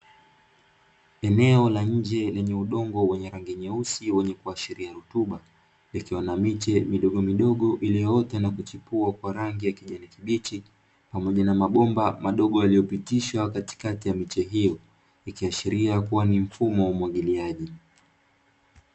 Eneo la nje lenye udongo wa rangi nyeusi wenye kuashiria rutuba, likiwa na miche midogomidogo, iliyoota na kuchipua kwa rangi ya kijani kibichi pamoja na mabomba madogo yaliyopitishwa katikati ya miche hiyo ikiashiria kuwa ni mfumo wa umwagiliaji.